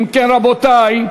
אם כן, רבותי,